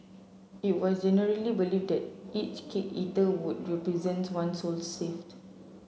it was generally believed that each cake eaten would represent to one soul saved